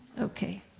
Okay